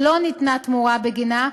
שלא ניתנה תמורה בגינה,